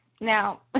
Now